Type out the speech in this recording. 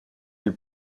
elle